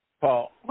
Paul